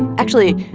and actually,